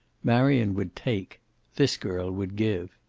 marion would take this girl would give.